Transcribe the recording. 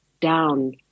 down